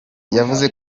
yavuze